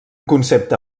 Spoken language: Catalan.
concepte